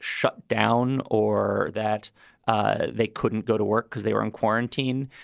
shut down or that ah they couldn't go to work because they were in quarantine,